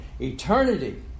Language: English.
Eternity